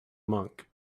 monk